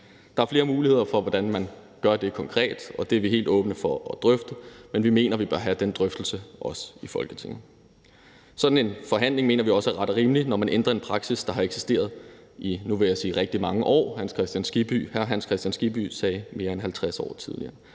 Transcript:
Der er flere muligheder for, hvordan man gør det konkret, og det er vi helt åbne for at drøfte, men vi mener, at vi også bør have den drøftelse i Folketinget. Sådan en forhandling mener vi også er ret og rimelig, når man ændrer en praksis, som har eksisteret i, nu vil jeg sige rigtig mange år – hr. Hans Kristian Skibby sagde tidligere